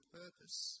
purpose